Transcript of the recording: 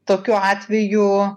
tokiu atveju